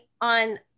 on